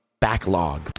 backlog